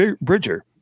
Bridger